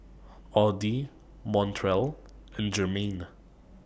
Audy Montrell and Jermain